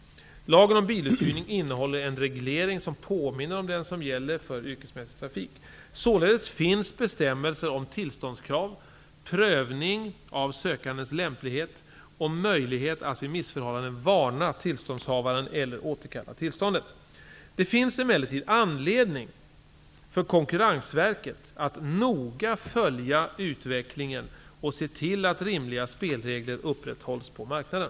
Lagen om biluthyrning innehåller en reglering som påminner om den som gäller för yrkesmässig trafik. Således finns bestämmelser om tillståndskrav, prövning av sökandens lämplighet och möjlighet att vid missförhållanden varna tillståndshavaren eller återkalla tillståndet. Det finns emellertid anledning för Konkurrensverket att noga följa utvecklingen och se till att rimliga spelregler upprätthålls på marknaden.